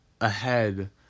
ahead